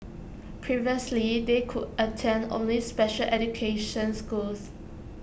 previously they could attend only special education schools